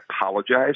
apologize